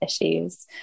issues